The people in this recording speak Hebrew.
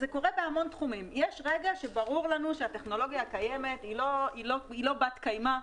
יש רגע שברור לנו שהטכנולוגיה הקיימת היא לא בת קיימא,